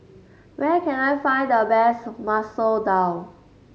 where can I find the best Masoor Dal